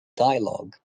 dialogue